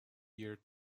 year